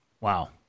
Wow